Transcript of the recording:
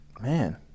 man